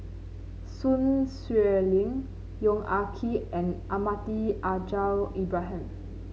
Sun Xueling Yong Ah Kee and Almahdi Al Haj Ibrahim